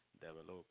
develop